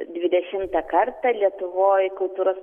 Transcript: dvidešimtą kartą lietuvoj kultūros